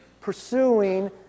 pursuing